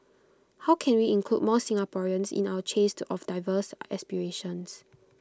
how can we include more Singaporeans in our chase of diverse aspirations